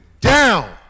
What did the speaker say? down